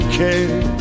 care